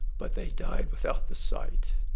but they died without the sight.